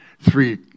Three